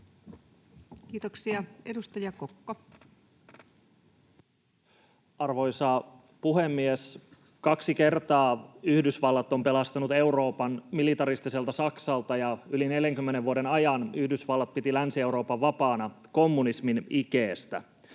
laeiksi Time: 17:55 Content: Arvoisa puhemies! Kaksi kertaa Yhdysvallat on pelastanut Euroopan militaristiselta Saksalta, ja yli 40 vuoden ajan Yhdysvallat piti Länsi-Euroopan vapaana kommunismin ikeestä.